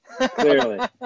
Clearly